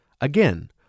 Again